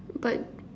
but